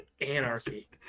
anarchy